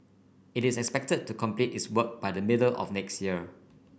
it is expected to complete its work by the middle of next year